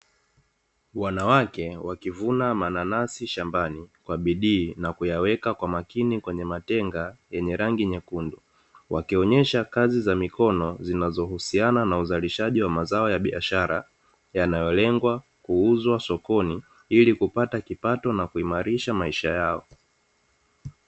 Wanawake wakivuna mananasi shambani kwa bidii, na kuyaweka kwa makini, kwenye matenga yenye rangi nyekundu, wakionyesha kazi za mikono zinazohusiana na uzalishaji wa mazao ya biashara, yanayolengwa kuuzwa sokoni, ili kupata kipato na kuimarisha maisha yao.